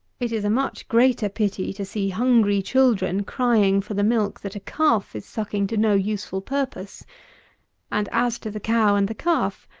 it is a much greater pity to see hungry children crying for the milk that a calf is sucking to no useful purpose and as to the cow and the calf,